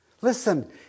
Listen